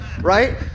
right